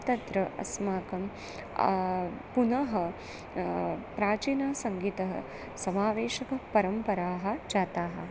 तत्र अस्माकं पुनः प्राचीनं सङ्गीतम् समावेशकपरम्पराः जाताः